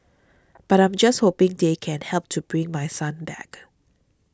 but I'm just hoping they can help to bring my son back